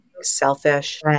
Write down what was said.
selfish